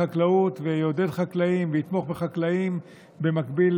לחקלאות ויעודד חקלאים ויתמוך בחקלאים במקביל